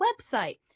website